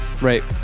Right